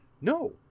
No